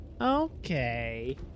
Okay